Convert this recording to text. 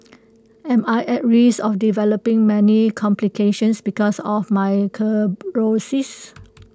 am I at risk of developing many complications because of my cirrhosis